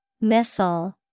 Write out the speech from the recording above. Missile